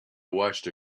watched